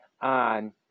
on